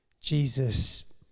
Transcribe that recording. Jesus